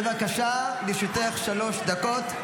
בבקשה, לרשותך שלוש דקות.